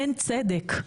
אין צדק.